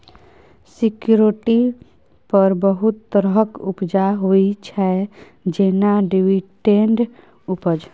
security पर बहुत तरहक उपजा होइ छै जेना डिवीडेंड उपज